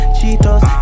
Cheetos